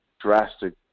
drastic